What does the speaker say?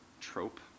trope